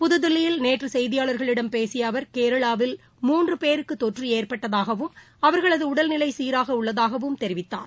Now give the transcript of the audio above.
புதுதில்லியில் நேற்று செய்தியாளர்களிடம் பேசிய அவர் கேரளாவில் மூன்று பேருக்கு தொற்று ஏற்பட்டதாகவும் அவர்களது உடல்நிலை சீராக உள்ளதாகவும் தெரிவித்தார்